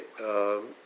Okay